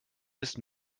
ist